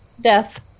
Death